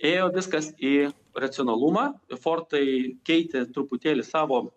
ėjo viskas į racionalumą fortai keitė truputėlį savo